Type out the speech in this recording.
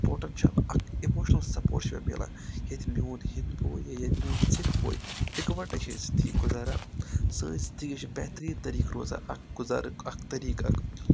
potential اکھ emotional support چھُ مےٚ ملان ییٚتہِ میون ہِندۍ بوے یا ییٚتہِ میون سِکھ بوے اِکوَٹَے چھِ زندگی گُزاران سٲنۍ زندگی چھِ بہتریٖن طٔریٖقہٕ روزان اکھ گُزارُک اکھ طٔریٖقہٕ اکھ